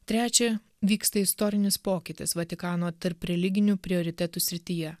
trečia vyksta istorinis pokytis vatikano tarpreliginių prioritetų srityje